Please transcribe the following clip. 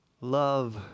Love